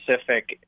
specific